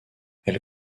elle